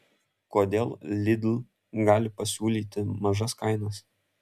kodėl lidl gali pasiūlyti mažas kainas